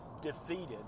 defeated